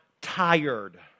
tired